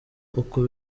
uko